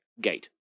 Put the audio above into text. gate